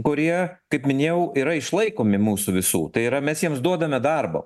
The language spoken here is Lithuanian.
kurie kaip minėjau yra išlaikomi mūsų visų tai yra mes jiems duodame darbo